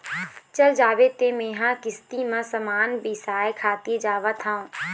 चल जाबे तें मेंहा किस्ती म समान बिसाय खातिर जावत हँव